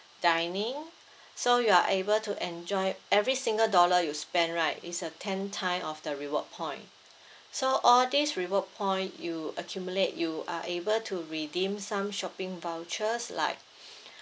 dining so you are able to enjoy every single dollar you spent right is a ten time of the reward point so all these reward point you accumulate you are able to redeem some shopping vouchers like